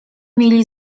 mieli